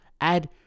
Add